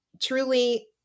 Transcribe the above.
Truly